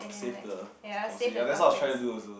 to save the that's what I trying to do also